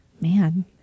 man